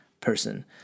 person